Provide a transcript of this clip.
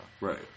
Right